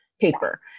paper